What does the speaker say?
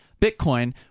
Bitcoin